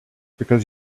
because